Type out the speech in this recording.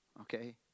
okay